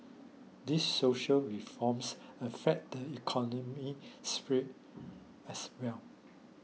these social reforms affect the economic sphere as well